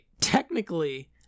technically